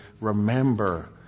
remember